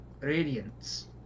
radiance